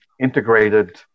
integrated